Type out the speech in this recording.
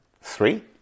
Three